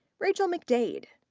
rachel mcdade.